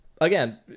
again